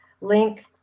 link